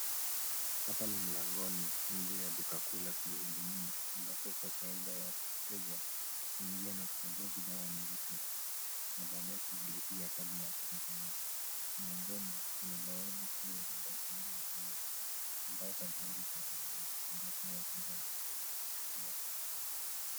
Hapa ni mlangoni nje ya duka kuu la kujihudumia ambako kwa kawaida wateja huingia na kuchambua bidhaa wanazotaka, na baadae kulipia kabla ya kutoka nje. Mlangoni, kuna bawabu kubwa, waliosimama wawili ambao kazi yao nikuangalia ambacho wateja wamebeba kabla ya kutoka.